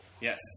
Yes